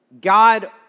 God